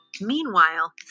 Meanwhile